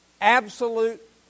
absolute